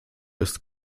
ist